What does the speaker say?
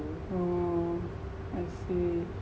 oh I see